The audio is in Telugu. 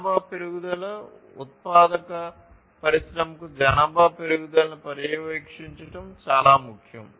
జనాభా పెరుగుదల ఉత్పాదక పరిశ్రమకు జనాభా పెరుగుదలను పర్యవేక్షించడం చాలా ముఖ్యం